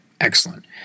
Excellent